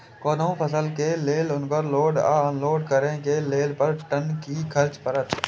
कोनो फसल के लेल उनकर लोड या अनलोड करे के लेल पर टन कि खर्च परत?